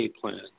plan